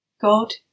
God